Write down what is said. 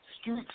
Street